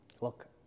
look